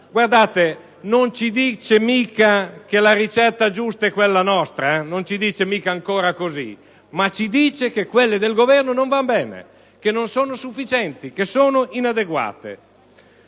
peraltro, non ci dice mica che la ricetta giusta è quella nostra; non ci dice ancora questo. Ci dice, però, che le ricette del Governo non vanno bene, che non sono sufficienti, che sono inadeguate.